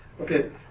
Okay